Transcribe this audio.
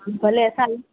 भले असां ई